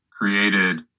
created